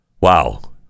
wow